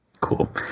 Cool